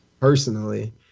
personally